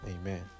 amen